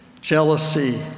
jealousy